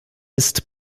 ist